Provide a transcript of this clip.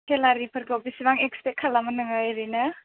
सेलारिफोरखो बेसेबां एक्सपेक्ट खालामो नोङो ओरैनो